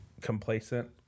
complacent